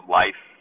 life